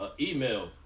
email